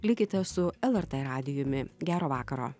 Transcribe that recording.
likite su lrt radijumi gero vakaro